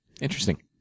interesting